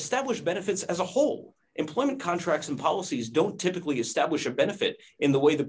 established benefits as a whole employment contracts and policies don't typically establish a benefit in the way the